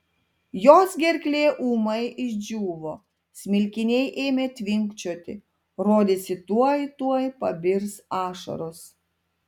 jos gerklė ūmai išdžiūvo smilkiniai ėmė tvinkčioti rodėsi tuoj tuoj pabirs ašaros